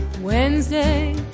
Wednesday